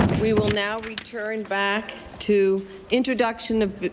we will now return back to introduction of